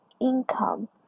income